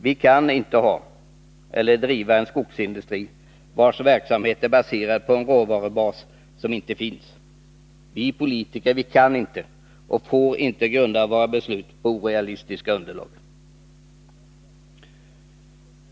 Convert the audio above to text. Vi kan inte ha eller driva en skogsindustri vars verksamhet är baserad på en råvarubas som inte finns. Vi politiker kan inte och får inte grunda våra beslut på orealistiska underlag.